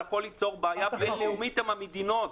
יכול ליצור בעיה בין-לאומית עם המדינות.